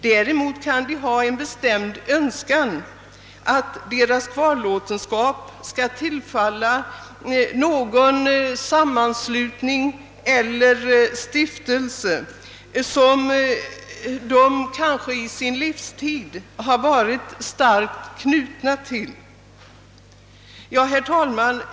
Däremot kan de ha en bestämd önskan att deras kvarlåtenskap skall tillfalla någon sammanslutning eller stiftelse som de under sin livstid varit starkt knutna till. Herr talman!